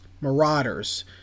Marauders